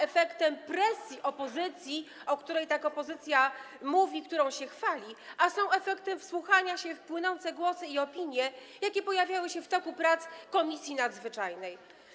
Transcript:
efektem presji opozycji, o której tak opozycja mówi, którą się chwali, ale są efektem wsłuchania się w płynące głosy i opinie, jakie pojawiały się w toku prac Komisji Nadzwyczajnej.